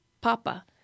Papa